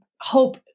hope